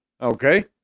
Okay